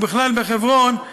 ובכלל בחברון,